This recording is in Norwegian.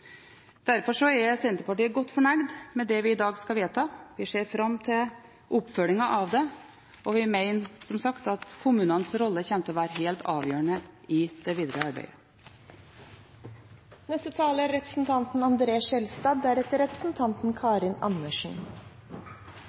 er Senterpartiet godt fornøyd med det vi i dag skal vedta. Vi ser fram til oppfølgingen av det, og vi mener som sagt at kommunenes rolle kommer til å være helt avgjørende i det